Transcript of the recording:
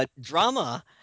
Drama